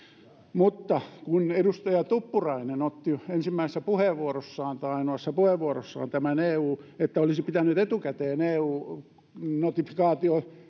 mutta kun edustaja tuppurainen otti ensimmäisessä puheenvuorossaan tai ainoassa puheenvuorossaan sen että olisi pitänyt etukäteen eu notifikaatio